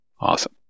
Awesome